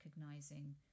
recognizing